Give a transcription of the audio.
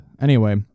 Anyway-